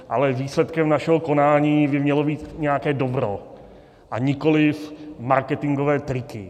Ale výsledkem našeho konání by mělo být nějaké dobro, nikoliv marketingové triky.